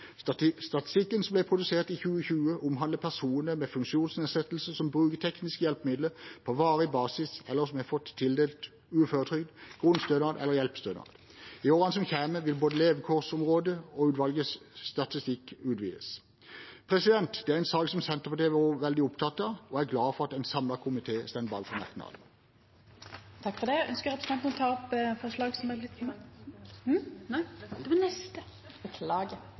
Statistikken som ble produsert i 2020, omhandler personer med funksjonsnedsettelser som bruker tekniske hjelpemidler på varig basis, eller som har fått tildelt uføretrygd, grunnstønad eller hjelpestønad. I årene som kommer, vil både levekårsområdet og utvalgets statistikk utvides. Dette er en sak som Senterpartiet har vært veldig opptatt av, og jeg er glad for at en samlet komité står bak merknaden. Det er mange mennesker i Norge som står i en krevende situasjon. Vi har en alvorlig pandemisituasjon – den er ikke over. Arbeidsledigheten stiger, og det